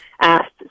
asked